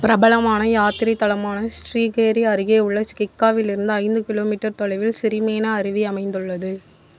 பிரபலமான யாத்திரைத் தலமான ஸ்ரீங்கேரி அருகே உள்ள கிக்காவிலிருந்து ஐந்து கிலோமீட்டர் தொலைவில் சிரிமேன அருவி அமைந்துள்ளது